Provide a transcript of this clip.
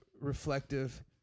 reflective